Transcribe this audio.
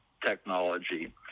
technology